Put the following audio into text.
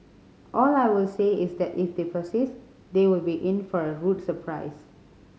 all I will say is that if they persist they will be in for a rude surprise